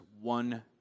one